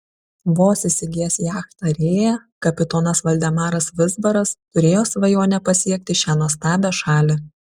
vos įsigijęs jachtą rėja kapitonas valdemaras vizbaras turėjo svajonę pasiekti šią nuostabią šalį